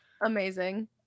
amazing